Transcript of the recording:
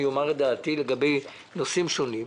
אני אומר את דעתי לגבי נושאים שונים.